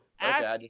Ask